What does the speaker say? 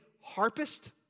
harpist